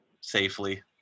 safely